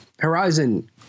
Horizon